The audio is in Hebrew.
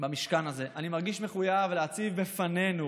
במשכן הזה, אני מרגיש מחויב להציב לפנינו